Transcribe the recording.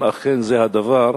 אם אכן זה הדבר,